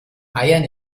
eiern